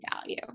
value